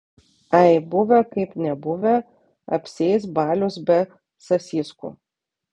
ai buvę kaip nebuvę apsieis balius be sasiskų